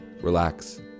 relax